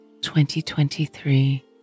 2023